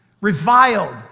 reviled